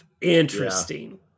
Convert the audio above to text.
interesting